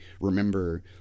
remember